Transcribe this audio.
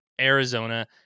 Arizona